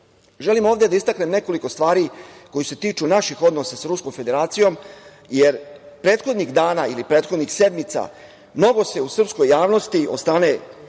da istaknem nekoliko stvari koje se tiču naših odnosa sa Ruskom Federacijom, jer prethodnih dana ili prethodnih sedmica mnogo se u srpskoj javnosti od strane